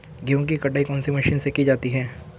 गेहूँ की कटाई कौनसी मशीन से की जाती है?